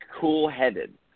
cool-headed